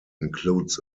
includes